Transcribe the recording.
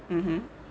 mmhmm